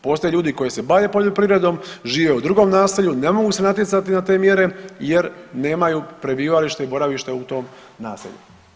Postoje ljudi koji se bave poljoprivredom, žive u drugom naselju, ne mogu se natjecati na te mjere jer nemaju prebivalište i boravište u tom naselju.